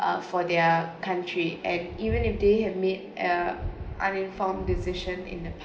uh for their country and even if they have made a uninformed decision in a